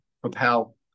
propel